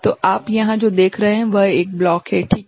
तो आप यहाँ जो देख रहे हैं वह एक ब्लॉक हैं ठीक है